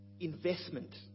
Investment